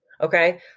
Okay